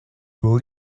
will